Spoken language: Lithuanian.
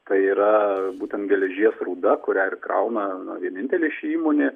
tai yra būtent geležies rūda kurią ir krauna na vienintelė ši įmonė